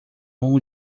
longo